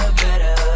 better